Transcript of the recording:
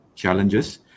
challenges